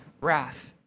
wrath